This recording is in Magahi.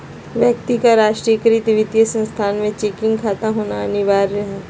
व्यक्ति का राष्ट्रीयकृत वित्तीय संस्थान में चेकिंग खाता होना अनिवार्य हइ